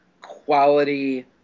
quality